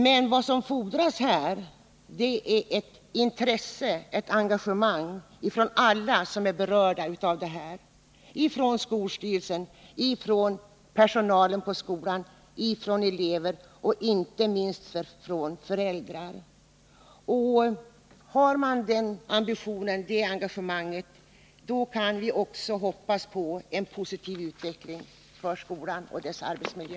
Men vad som fordras är intresse och engagemang från alla som är berörda —skolstyrelsen, personalen på skolan, eleverna och inte minst föräldrarna. Finns detta engagemang, då kan vi också hoppas på en positiv utveckling för skolan och dess arbetsmiljö.